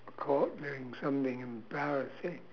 caught doing something embarrassing